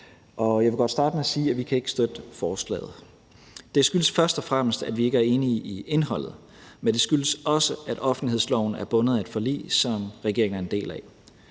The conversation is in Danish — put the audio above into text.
Jeg vil godt starte med at sige, at vi ikke kan støtte forslaget. Det skyldes først og fremmest, at vi ikke er enige i indholdet, men det skyldes også, at offentlighedsloven er bundet af et forlig, som regeringen er en del af.